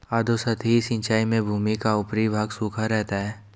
अधोसतही सिंचाई में भूमि का ऊपरी भाग सूखा रहता है